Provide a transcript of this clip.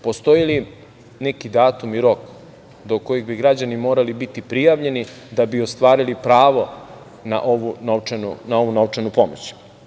Postoji li neki datum i rok do kojeg bi građani morali biti prijavljeni da bi ostvarili pravo na ovu novčanu pomoć?